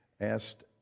asked